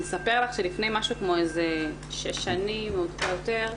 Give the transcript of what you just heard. אני אספר לך שלפני משהו כמו איזה שש שנים או טיפה יותר,